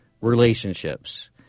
relationships